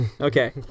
Okay